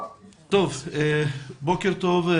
בוקר טוב.